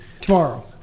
Tomorrow